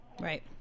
Right